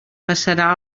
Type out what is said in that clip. passarà